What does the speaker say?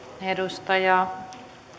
edustaja